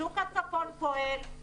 שוק הצפון פועל,